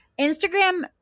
Instagram